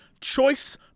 choice